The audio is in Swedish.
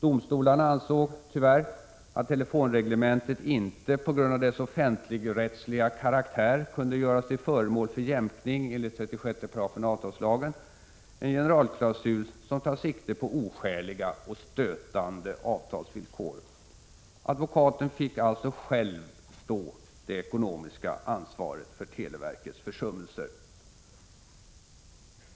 Domstolarna ansåg tyvärr att telefonreglementet på grund av dess offentligrättsliga karaktär inte kunde göras till föremål för jämkning enligt 36 § avtalslagen, en generalklausul som tar sikte på oskäliga och stötande avtalsvillkor. Advokaten fick alltså själv stå det ekonomiska ansvaret för televerkets försummelser.